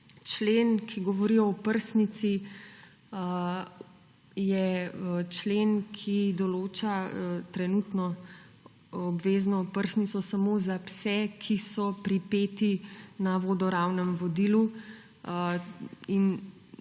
Člen, ki govori o oprsnici, je člen, ki trenutno določa obvezno oprsnico samo za pse, ki so pripeti na vodoravnem vodilu, in